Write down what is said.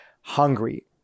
hungry